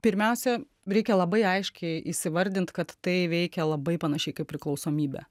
pirmiausia reikia labai aiškiai įsivardint kad tai veikia labai panašiai kaip priklausomybė